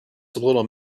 subliminal